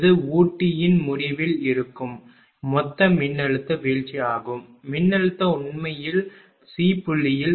இது ஊட்டியின் முடிவில் இருக்கும் மொத்த மின்னழுத்த வீழ்ச்சியாகும் மின்னழுத்தம் உண்மையில் C புள்ளியில் 240 14